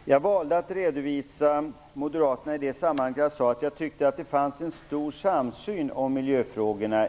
Herr talman! Jag valde att redovisa Moderaternas förslag därför att jag tyckte att det i övrigt fanns en stor samsyn i miljöfrågorna;